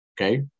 Okay